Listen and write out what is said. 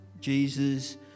Jesus